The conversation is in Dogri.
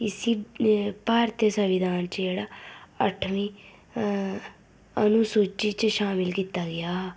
इसी भारती संविधान च जेह्ड़ा अठमीं सुची च शामल कीता गेआ हा